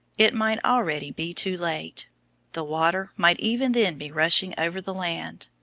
it might already be too late the water might even then be rushing over the land.